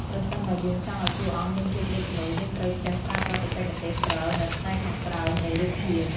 ប្រសិនបើយើងចង់ឱ្យតួអង្គមានភាពលេចធ្លោ យើងត្រូវចេះប្រើប្រាស់បច្ចេកទេសព្រិលនៅផ្នែកខាងក្រោយនៃរូបភាព។